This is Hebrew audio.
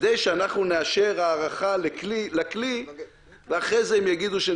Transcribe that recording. כדי שאנחנו נאשר הארכה לכלי ואחרי זה הם יגידו שהם